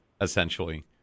essentially